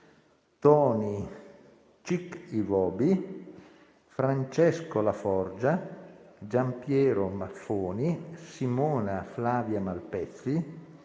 Tony Chike Iwobi, Francesco Laforgia, Gianpietro Maffoni, Simona Flavia Malpezzi,